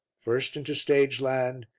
first into stage-land,